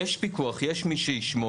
יש פיקוח, יש מי שישמור,